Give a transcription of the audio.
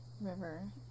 River